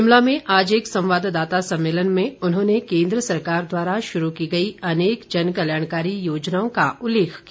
शिमला में आज एक संवाददाता सम्मेलन में उन्होंने केंद्र सरकार द्वारा शुरू की गई अनेक जन कल्याणकारी योजनाओं का उल्लेख किया